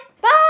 Bye